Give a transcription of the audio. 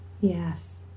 Yes